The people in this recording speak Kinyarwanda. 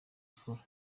gukora